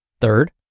Third